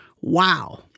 Wow